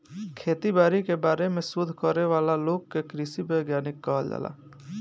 खेती बारी के बारे में शोध करे वाला लोग के कृषि वैज्ञानिक कहल जाला